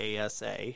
ASA